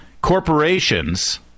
corporations